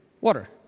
water